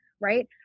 Right